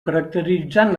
caracteritzant